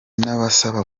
nabasaba